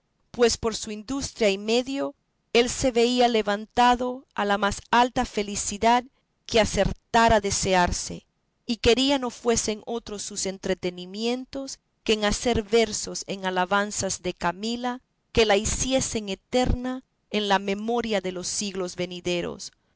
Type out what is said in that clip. pues por su industria y medio él se veía levantado a la más alta felicidad que acertara desearse y quería que no fuesen otros sus entretenimientos que en hacer versos en alabanza de camila que la hiciesen eterna en la memoria de los siglos venideros